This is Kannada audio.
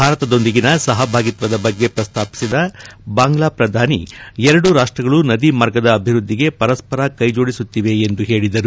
ಭಾರತದೊಂದಿಗಿನ ಸಹಭಾಗಿತ್ವದ ಬಗ್ಗೆ ಪ್ರಸ್ತಾಪಿಸಿದ ಬಾಂಗ್ಲಾ ಪ್ರಧಾನಿ ಎರಡೂ ರಾಷ್ಸಗಳು ನದಿ ಮಾರ್ಗದ ಅಭಿವೃದ್ದಿಗೆ ಪರಸ್ವರ ಕೈಜೋಡಿಸುತ್ತಿದೆ ಎಂದು ಹೇಳಿದರು